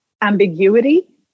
ambiguity